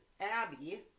Abby